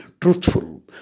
truthful